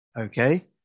okay